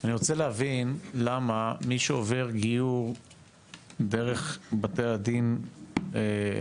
אני רוצה להבין למה מי שעובר גיור דרך בתי הדין הפרטיים,